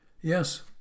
Yes